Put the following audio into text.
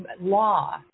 law